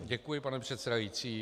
Děkuji, pane předsedající.